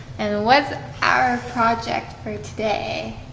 and what's our project for today?